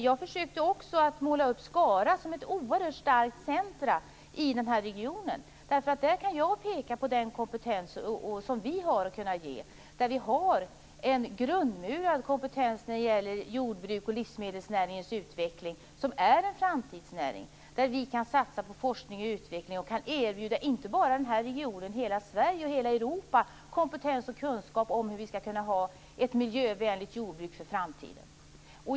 Jag försökte också att måla upp Skara som ett oerhört starkt centrum i denna region, därför att jag kan peka på den kompetens som vi har möjlighet att ge där. Vi har en grundmurad kompetens när det gäller jordbruks och livsmedelsnäringens utveckling, som är en framtidsnäring där vi kan satsa på forskning och utveckling. Vi kan erbjuda, inte bara denna region utan hela Sverige och hela Europa, kompetens och kunskap om hur vi skall kunna få ett miljövänligt jordbruk i framtiden.